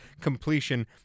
completion